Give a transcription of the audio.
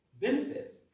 benefit